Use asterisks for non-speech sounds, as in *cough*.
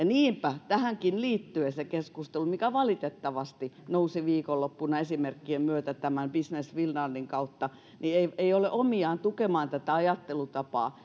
*unintelligible* niinpä tähänkin liittyen se keskustelu mikä valitettavasti nousi viikonloppuna esimerkkien myötä tämän business finlandin kautta ei ei ole omiaan tukemaan tätä ajattelutapaa *unintelligible*